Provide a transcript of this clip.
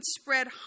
spread